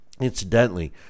Incidentally